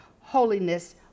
Holiness